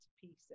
pieces